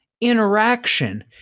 interaction